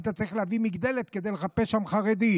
היית צריך להביא זכוכית מגדלת כדי לחפש שם חרדי,